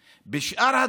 ייאמר: